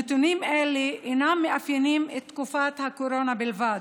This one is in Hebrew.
נתונים אלה אינם מאפיינים את תקופת הקורונה בלבד.